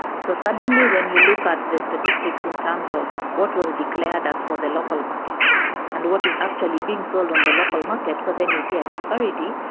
so certainly when you look at the statistics in terms of what was declared as for the local market and what is actually being sold on the local market, so then you see a disparity,